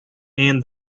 and